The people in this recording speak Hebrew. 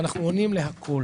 ואנחנו עונים להכול.